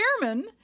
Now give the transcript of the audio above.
chairman